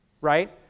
right